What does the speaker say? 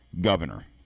Governor